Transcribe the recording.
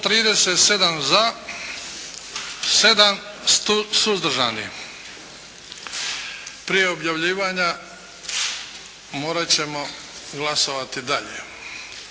137 za, 7 suzdržanih. Prije objavljivanja morat ćemo glasovati dalje.